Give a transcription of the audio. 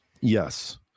Yes